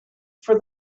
for